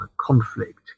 conflict